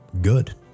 good